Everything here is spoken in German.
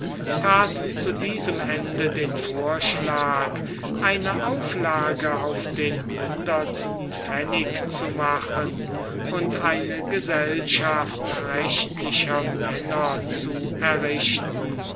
zu diesem ende den vorschlag eine auflage auf den hundertsten pfennig zu machen und eine gesellschaft rechtlicher männer zu errichten